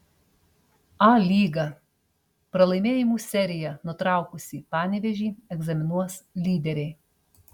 a lyga pralaimėjimų seriją nutraukusį panevėžį egzaminuos lyderiai